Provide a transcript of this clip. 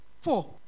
Four